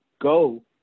go